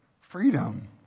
freedom